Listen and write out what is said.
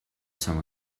some